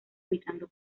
evitando